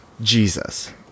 Jesus